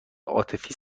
عاطفی